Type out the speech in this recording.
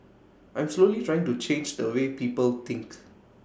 I'm slowly trying to change the way people think